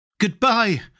Goodbye